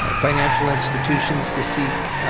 ah financial institutions' to seek